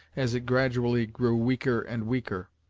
as it gradually grew weaker and weaker.